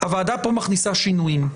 הוועדה פה מכניסה שינויים.